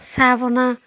চাহ বনাওঁ